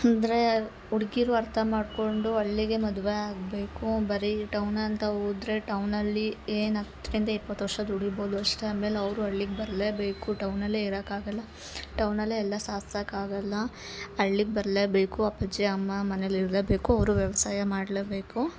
ಅಂದರೆ ಹುಡ್ಗಿರು ಅರ್ಥ ಮಾಡ್ಕೊಂಡು ಹಳ್ಳಿಗೆ ಮದ್ವೆ ಆಗಬೇಕು ಬರೀ ಟೌನ್ ಅಂತ ಹೋದ್ರೆ ಟೌನಲ್ಲಿ ಏನು ಹತ್ತರಿಂದ ಇಪ್ಪತ್ತು ವರ್ಷ ದುಡಿಬೋದು ಅಷ್ಟೆ ಆಮೇಲೆ ಅವರು ಹಳ್ಳಿಗ್ ಬರಲೇಬೇಕು ಟೌನಲ್ಲೆ ಇರಕಾಗಲ್ಲ ಟೌನಲ್ಲೆ ಎಲ್ಲಾ ಸಾಧ್ಸಕ್ಕಾಗಲ್ಲ ಹಳ್ಳಿಗ್ ಬರಲೇಬೇಕು ಅಪ್ಪಾಜಿ ಅಮ್ಮ ಮನೇಲಿ ಇರಲೇಬೇಕು ಅವರು ವ್ಯವಸಾಯ ಮಾಡಲೇಬೇಕು